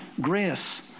grace